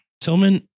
Tillman